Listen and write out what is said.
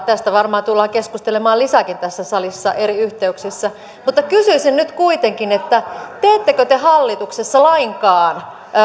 tästä varmaan tullaan keskustelemaan lisääkin tässä salissa eri yhteyksissä mutta kysyisin nyt kuitenkin että teettekö te hallituksessa lainkaan